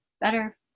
better